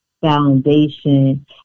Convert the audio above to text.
foundation